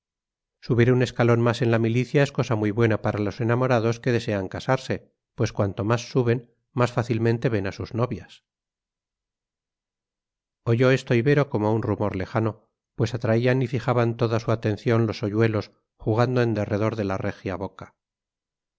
subir un escalón más en la milicia es cosa muy buena para los enamorados que desean casarse pues cuanto más suben más fácilmente ven a sus novias oyó esto ibero como un rumor lejano pues atraían y fijaban toda su atención los hoyuelos jugando en derredor de la regia boca